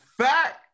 fact